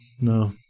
No